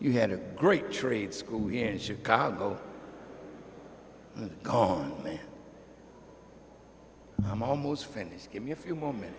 you had a great trade school in chicago and i'm almost finished give me a few moments